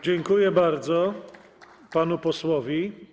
Dziękuję bardzo panu posłowi.